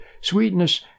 sweetness